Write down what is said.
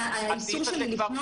לאיזה סעיף את מכוונת?